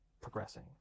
progressing